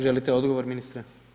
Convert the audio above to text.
Želite odgovor ministre?